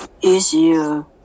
easier